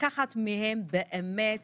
לקחת מהן זה באמת